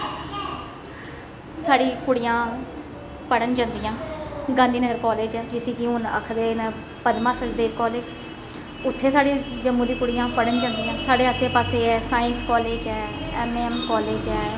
साढ़ी कुड़ियां पढ़न जंदिया गांधी नगर कालेज च जिस्सी कि हून आखदे न पदमा सचदेव कालेज उत्थै साढ़ी जम्मू दी कुड़ियां पढ़न जंदियां साढ़े आस्सै पास्सेै साइंस कालेज ऐ ऐम्म ए ऐम्म कालेज ऐ